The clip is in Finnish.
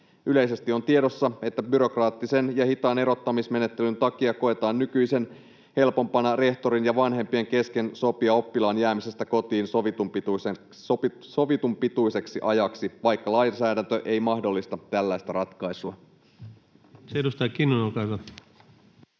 Yleisesti on tiedossa, että byrokraattisen ja hitaan erottamismenettelyn takia koetaan nykyisin helpompana rehtorin ja vanhempien kesken sopia oppilaan jäämisestä kotiin sovitun pituiseksi ajaksi, vaikka lainsäädäntö ei mahdollista tällaista ratkaisua.